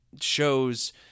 shows